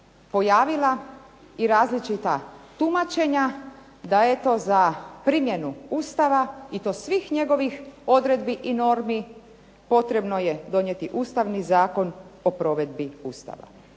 pojavila i različita tumačenja, da je to za primjenu Ustava i to svih njegovih odredbi i normi potrebno je donijeti Ustavni zakon po provedbi Ustava.